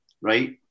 right